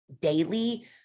daily